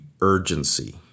urgency